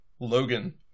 Logan